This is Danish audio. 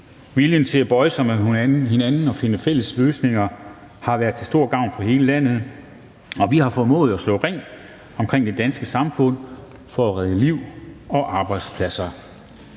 Viljen til at bøje sig mod hinanden og finde fælles løsninger har været til stor gavn for hele landet, og vi har formået at slå ring omkring det danske samfund for at redde liv og arbejdspladser.